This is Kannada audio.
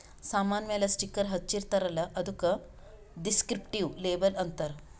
ಸಾಮಾನ್ ಮ್ಯಾಲ ಸ್ಟಿಕ್ಕರ್ ಹಚ್ಚಿರ್ತಾರ್ ಅಲ್ಲ ಅದ್ದುಕ ದಿಸ್ಕ್ರಿಪ್ಟಿವ್ ಲೇಬಲ್ ಅಂತಾರ್